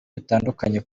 bitandukanye